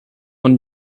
one